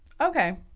okay